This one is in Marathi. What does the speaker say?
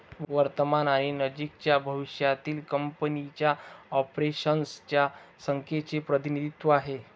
वर्तमान आणि नजीकच्या भविष्यातील कंपनीच्या ऑपरेशन्स च्या संख्येचे प्रतिनिधित्व आहे